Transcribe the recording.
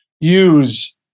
use